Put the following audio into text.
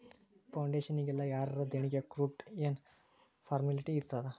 ಫೌಡೇಷನ್ನಿಗೆಲ್ಲಾ ಯಾರರ ದೆಣಿಗಿ ಕೊಟ್ರ್ ಯೆನ್ ಫಾರ್ಮ್ಯಾಲಿಟಿ ಇರ್ತಾದ?